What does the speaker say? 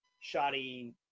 shoddy